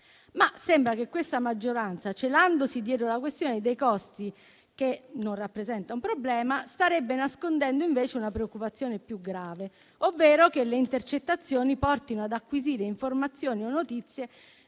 però che questa maggioranza, celandosi dietro la questione dei costi, che non rappresenta un problema, starebbe nascondendo invece una preoccupazione più grave, ovvero che le intercettazioni portino ad acquisire informazioni o notizie